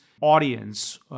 Audience